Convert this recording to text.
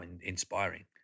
inspiring